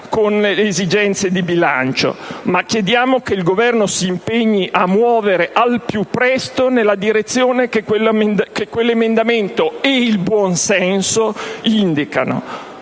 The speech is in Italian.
con esigenze di bilancio. Chiediamo però che il Governo si impegni a muovere al più presto nella direzione che quell'emendamento e il buon senso indicano,